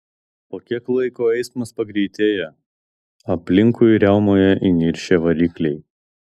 po kiek laiko eismas pagreitėja aplinkui riaumoja įniršę varikliai